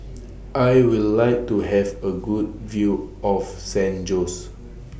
I Would like to Have A Good View of San Jose